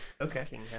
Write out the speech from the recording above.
okay